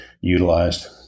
utilized